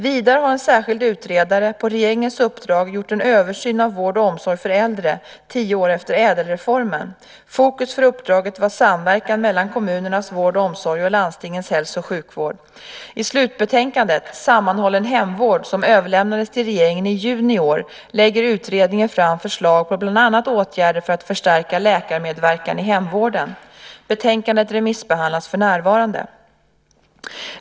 Vidare har en särskild utredare, på regeringens uppdrag, gjort en översyn, Översyn av vård och omsorg för äldre - tio år efter Ädelreformen . Fokus för uppdraget var samverkan mellan kommunernas vård och omsorg och landstingens hälso och sjukvård. I slutbetänkandet Sammanhållen hemvård , som överlämnades till regeringen i juni i år, lägger utredningen fram förslag till bland annat åtgärder för att förstärka läkarmedverkan i hemvården. Betänkandet remissbehandlas för närvarande.